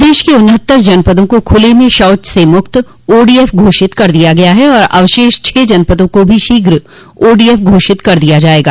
प्रदेश के उन्नहत्तर जनपदों को खुले में शौच से मुक्त ओडीएफ घोषित कर दिया गया है और अवशेष छह जनपदों को भी शीघ्र ओडीएफ घोषित कर दिया जायेगा